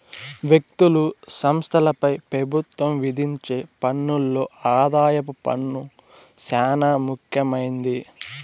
వ్యక్తులు, సంస్థలపై పెబుత్వం విధించే పన్నుల్లో ఆదాయపు పన్ను సేనా ముఖ్యమైంది